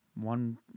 one